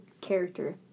character